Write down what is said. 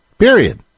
Period